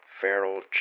feral